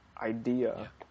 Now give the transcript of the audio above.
idea